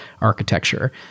architecture